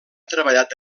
treballat